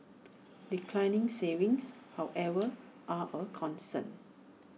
declining savings however are A concern